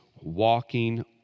walking